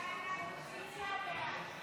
הצעת סיעות המחנה הממלכתי